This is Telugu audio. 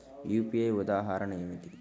యూ.పీ.ఐ ఉదాహరణ ఏమిటి?